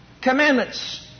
commandments